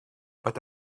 but